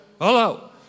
Hello